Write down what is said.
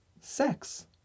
sex